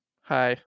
hi